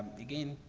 again,